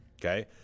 Okay